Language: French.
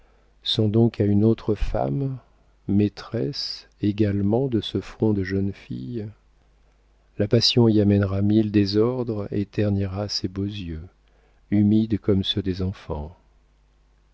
sont donc à une autre femme maîtresse également de ce front de jeune fille la passion y amènera mille désordres et ternira ces beaux yeux humides comme ceux des enfants